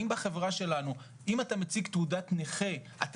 האם בחברה שלנו אם אתה מציג תעודת נכה אתה